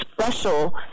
special